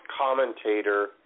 commentator